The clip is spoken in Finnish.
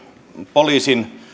poliisin